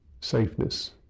safeness